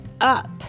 up